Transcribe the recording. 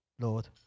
Lord